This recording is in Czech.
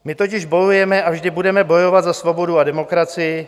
My totiž bojujeme a vždy budeme bojovat za svobodu a demokracii.